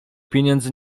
pieniędzy